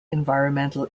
environmental